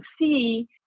see